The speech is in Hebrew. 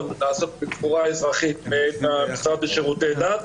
לעסוק בקבורה אזרחית מאת המשרד לשירותי דת,